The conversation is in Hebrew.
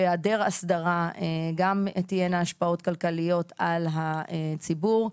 בהיעדר אסדרה גם תהיינה השפעות כלכליות על הציבור.